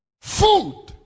Food